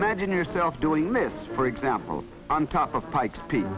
imagine yourself doing this for example on top of pikes peak